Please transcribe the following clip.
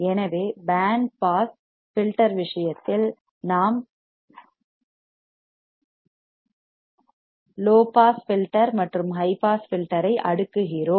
எனவே band pass filter விஷயத்தில் நாம் லோ பாஸ் ஃபில்டர் மற்றும் ஹை பாஸ் ஃபில்டர் ஐ அடுக்குகிறோம்